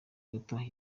gato